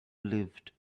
lived